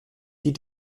die